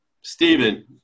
Stephen